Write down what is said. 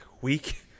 Week